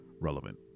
relevant